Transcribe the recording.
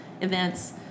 events